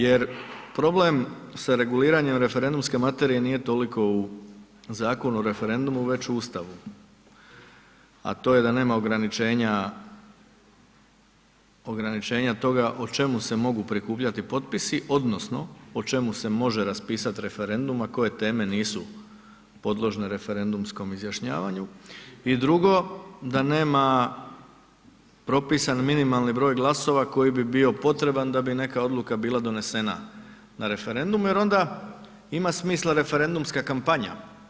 Jer problem sa reguliranjem referendumske materije nije toliko u Zakonu o referendumu već u Ustavu, a to je da nema ograničenja, ograničenja toga o čemu se mogu prikupljati potpisi odnosno o čemu se može raspisat referendum, a koje teme nisu podložne referendumskom izjašnjavanju i drugo da nema propisan minimalni broj glasova koji bi bio potreban da bi neka odluka bila donesena na referendumu, jer onda ima smisla referendumska kampanja.